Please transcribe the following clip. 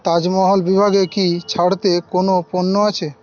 তাজমহল বিভাগে কি ছাড়ে কোনও পণ্য আছে